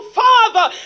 father